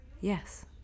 yes